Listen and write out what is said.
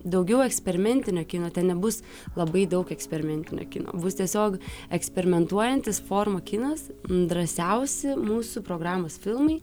daugiau eksperimentinio kino ten nebus labai daug eksperimentinio kino bus tiesiog eksperimentuojantis forma kinas drąsiausi mūsų programos filmai